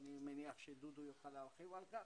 אני מניח שדודו יוכל להרחיב על כך,